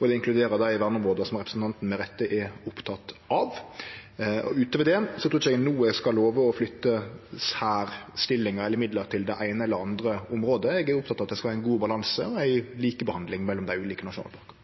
inkluderer dei verneområda som representanten med rette er oppteken av. Utover det trur eg ikkje eg no skal love å flytte særstillingar eller midlar til det eine eller andre området. Eg er oppteken av at det skal vere ein god balanse og ei likebehandling mellom dei ulike nasjonalparkane.